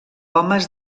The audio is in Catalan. homes